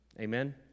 Amen